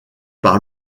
par